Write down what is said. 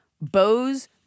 Bose